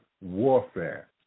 warfare